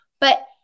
But-